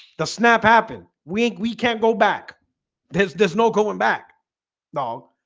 the snap happened wink. we can't go back there's there's no going back dog